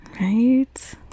right